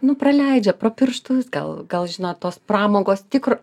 nu praleidžia pro pirštus gal gal žinot tos pramogos tikro